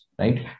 Right